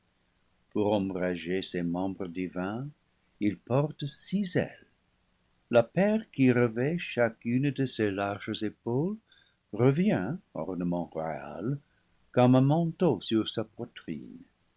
pour ombrager ses membres divins il porte six ailes la paire qui revêt chacune de ses larges épaules revient ornement royal comme un manteau sur sa poitrine